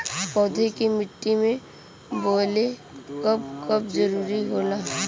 पौधा के मिट्टी में बोवले क कब जरूरत होला